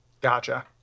Gotcha